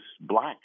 black